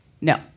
no